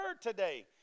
today